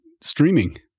streaming